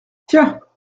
tiens